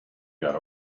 got